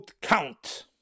count